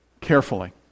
carefully